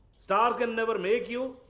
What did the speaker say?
stars can never make you.